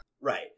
right